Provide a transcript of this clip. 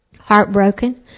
heartbroken